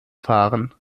fahren